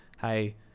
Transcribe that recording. hey